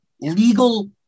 legal